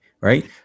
right